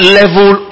level